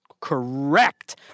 Correct